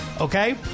Okay